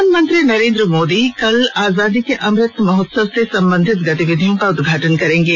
प्रधानमंत्री नरेंद्र मोदी कल आजादी के अमृत महोत्सव से संबंधित गतिविधियों का उद्घाटन करेंगे